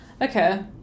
okay